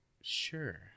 Sure